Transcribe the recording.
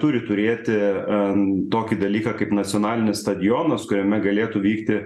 turi turėti a tokį dalyką kaip nacionalinis stadionas kuriame galėtų vykti